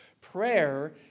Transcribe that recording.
Prayer